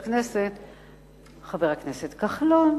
חבר הכנסת כחלון.